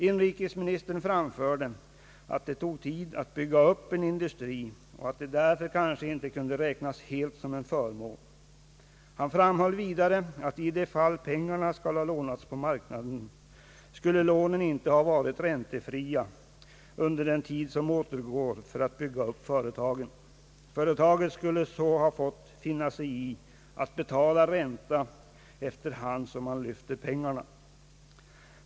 Inrikesministern anförde att det tog tid att bygga upp en industri och att det därför kanske inte kunde räknas helt som en förmån. Han framhöll vidare att i det fall pengarna skulle ha lånats på marknaden, skulle lånen inte ha varit räntefria under den tid som åtgår för att bygga upp företagen. Företaget skulle ha fått finna sig i att betala ränta efter hand som det lyfter pengarna.